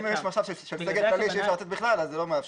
אם יש מצב של סגר כללי שאי אפשר לצאת בכלל אז זה לא מאפשר.